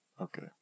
Okay